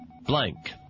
blank